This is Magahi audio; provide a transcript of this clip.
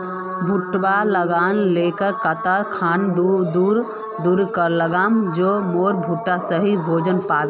भुट्टा लगा ले कते खान दूरी करे लगाम ज मोर भुट्टा सही भोजन पाम?